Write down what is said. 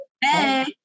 Hey